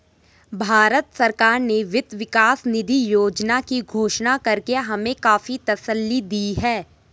भारत सरकार ने वित्त विकास निधि योजना की घोषणा करके हमें काफी तसल्ली दी है